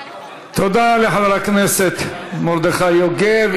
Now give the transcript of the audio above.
תודה לחבר הכנסת מרדכי יוגב.